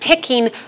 picking